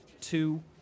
two